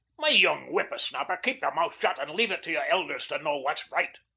my young whipper-snapper, keep your mouth shut and leave it to your elders to know what's right.